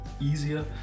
easier